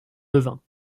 levain